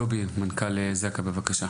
דב ויסנשטרן, מנכ״ל זק״א, בבקשה.